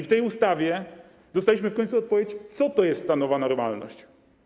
W tej ustawie dostaliśmy w końcu odpowiedź, co to jest ta nowa normalność.